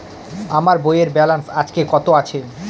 আমার বইয়ের ব্যালেন্স আজকে কত আছে?